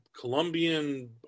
Colombian